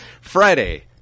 Friday